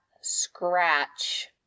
scratch